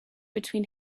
between